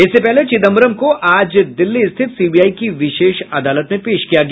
इससे पहले चिदंबरम को आज दिल्ली स्थित सीबीआई की विशेष अदालत में पेश किया गया